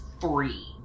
three